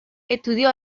estudió